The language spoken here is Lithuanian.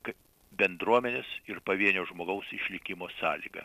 kaip bendruomenės ir pavienio žmogaus išlikimo sąlyga